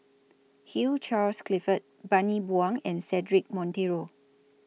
Hugh Charles Clifford Bani Buang and Cedric Monteiro